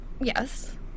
Yes